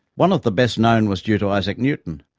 one of the best known was due to isaac newton,